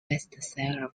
bestseller